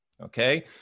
okay